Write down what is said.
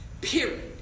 Period